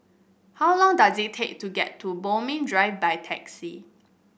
how long does it take to get to Bodmin Drive by taxi